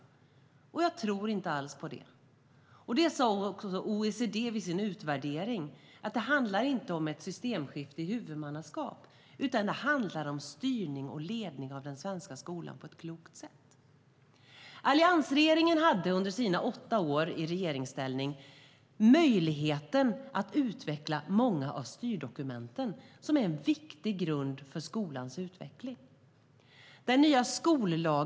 Men jag tror inte alls på det. Det sa också OECD vid sin utvärdering, nämligen att det inte handlar om ett systemskifte i huvudmannaskap utan att det handlar om styrning och ledning av den svenska skolan på ett klokt sätt. Alliansen hade under sina åtta år i regeringsställning möjlighet att utveckla många av styrdokumenten, som är en viktig grund för skolans utveckling.